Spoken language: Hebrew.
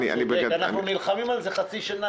אנחנו נלחמים על זה חצי שנה.